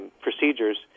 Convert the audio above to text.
procedures